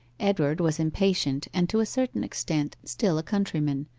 edward was impatient, and to a certain extent still a countryman,